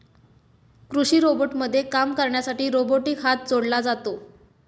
कृषी रोबोटमध्ये काम करण्यासाठी रोबोटिक हात जोडला जातो